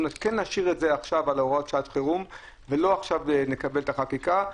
שנשאיר את זה עכשיו על הוראות שעת חירום ולא נקבל עכשיו את החקיקה.